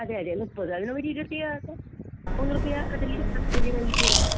അതെ അതെ മുപ്പത് അതിനെ ഒരു ഇരുപത്തിയേഴ് ആക്കാം മൂന്നു റുപ്യാ അതിൽ സബ്സിഡി നൽകിയിട്ട്